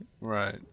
Right